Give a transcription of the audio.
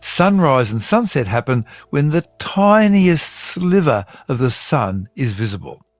sunrise and sunset happen when the tiniest sliver of the sun is visible.